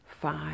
five